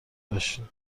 باشین